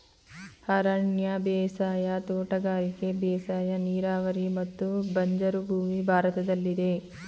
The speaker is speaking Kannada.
ಅರಣ್ಯ ಬೇಸಾಯ, ತೋಟಗಾರಿಕೆ ಬೇಸಾಯ, ನೀರಾವರಿ ಮತ್ತು ಬಂಜರು ಭೂಮಿ ಭಾರತದಲ್ಲಿದೆ